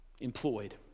employed